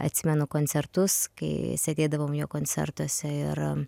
atsimenu koncertus kai sėdėdavom jo koncertuose ir